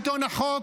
בשביל שלטון החוק,